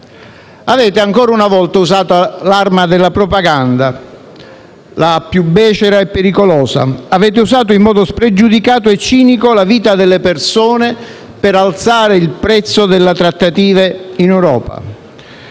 Avete ancora una volta usato l'arma della propaganda più becera e pericolosa, avete usato in modo spregiudicato e cinico la vita delle persone per alzare il prezzo delle trattative in Europa.